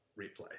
replay